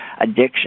addiction